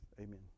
Amen